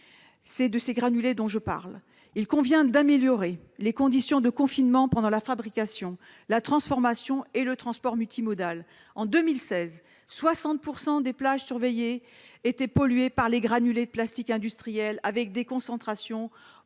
ces petits granulés sont partout présents. Il convient d'améliorer les conditions de confinement pendant la fabrication, la transformation et le transport multimodal. En 2016, 60 % des plages surveillées étaient polluées par les granulés de plastique industriels, la concentration